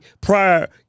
prior